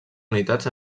unitats